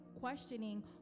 questioning